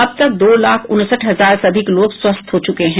अब तक दो लाख उनसठ हजार से अधिक लोग स्वस्थ हो चुके हैं